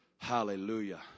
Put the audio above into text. Hallelujah